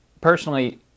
personally